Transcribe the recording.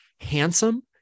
handsome